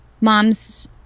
moms